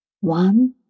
One